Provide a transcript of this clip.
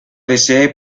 desee